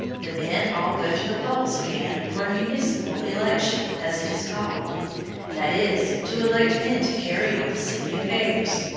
the men all go to the polls again for a municipal election, as it is called that is, to elect men to carry on the city affairs.